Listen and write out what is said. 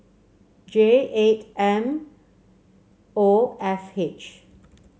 J eight M O F H